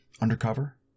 undercover